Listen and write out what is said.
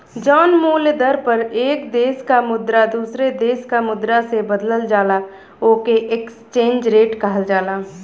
जौन मूल्य दर पर एक देश क मुद्रा दूसरे देश क मुद्रा से बदलल जाला ओके एक्सचेंज रेट कहल जाला